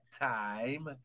time